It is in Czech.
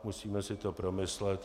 Musíme si to promyslet.